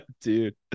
Dude